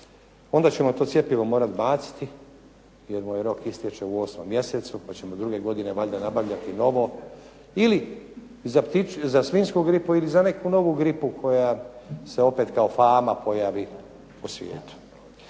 Onda ćemo to cjepivo morati baciti jer mu rok istječe u 8. mjesecu pa ćemo druge godine valjda nabavljati novo ili za svinjsku gripu ili za neku novu gripu koja se opet kao fama pojavi po svijetu.